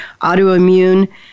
autoimmune